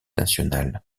national